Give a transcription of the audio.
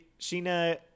Sheena